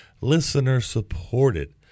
listener-supported